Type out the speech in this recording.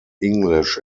english